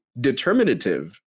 determinative